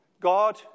God